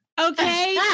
Okay